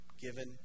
given